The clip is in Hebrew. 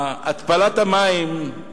התפלת המים,